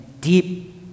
deep